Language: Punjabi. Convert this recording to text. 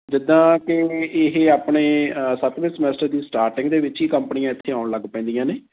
ਜਿੱਦਾਂ ਕਿ ਇਹ ਆਪਣੇ ਸੱਤਵੇਂ ਸਮੈਸਟਰ ਦੀ ਸਟਾਰਟਿੰਗ ਦੇ ਵਿੱਚ ਹੀ ਕੰਪਨੀਆਂ ਇੱਥੇ ਆਉਣ ਲੱਗ ਪੈਂਦੀਆਂ ਨੇ